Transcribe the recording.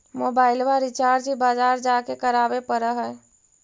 मोबाइलवा रिचार्ज बजार जा के करावे पर है?